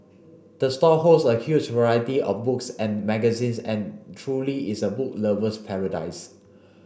the store holds a huge variety of books and magazines and truly is a book lover's paradise